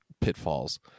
pitfalls